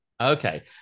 Okay